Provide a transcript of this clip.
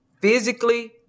physically